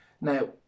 Now